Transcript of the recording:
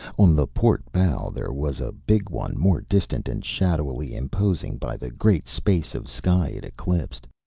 on the port bow there was a big one more distant and shadowily imposing by the great space of sky it eclipsed.